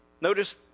Notice